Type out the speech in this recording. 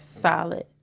solid